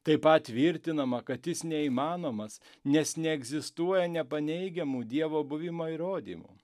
taip pat tvirtinama kad jis neįmanomas nes neegzistuoja nepaneigiamų dievo buvimo įrodymų